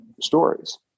stories